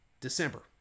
December